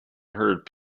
heard